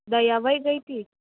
દયા વયગઈ તી